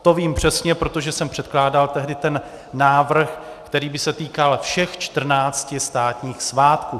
To vím přesně, protože jsem předkládal tehdy ten návrh, který by se týkal všech 14 státních svátků.